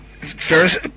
Ferris